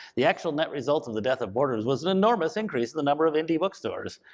the actual net result of the death of borders was an enormous increase in the number of indy bookstores,